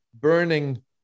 burning